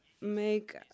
make